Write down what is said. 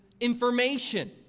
information